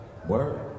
Word